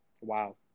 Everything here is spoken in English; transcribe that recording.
Wow